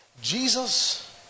Jesus